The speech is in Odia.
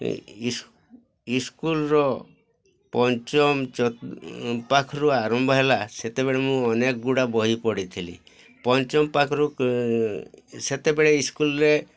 ସ୍କୁଲର ପଞ୍ଚମ ପାଖରୁ ଆରମ୍ଭ ହେଲା ସେତେବେଳେ ମୁଁ ଅନେକ ଗୁଡ଼ା ବହି ପଢ଼ିଥିଲି ପଞ୍ଚମ ପାଖରୁ ସେତେବେଳେ ସ୍କୁଲରେ